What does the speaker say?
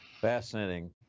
Fascinating